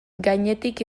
gainetik